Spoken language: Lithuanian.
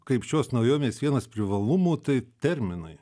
kaip šios naujovės vienas privalumų tai terminai